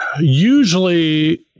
Usually